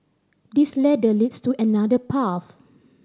this ladder leads to another path